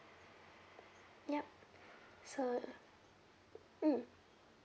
yup sir mm